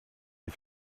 des